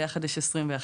ביחד יש לנו 21,